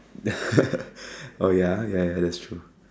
oh ya ya ah that's true